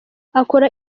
akora